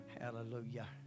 Hallelujah